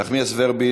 איילת נחמיאס ורבין,